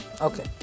okay